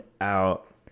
out